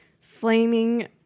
Flaming